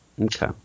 Okay